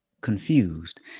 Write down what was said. confused